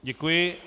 Děkuji.